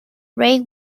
ray